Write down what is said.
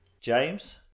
James